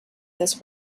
this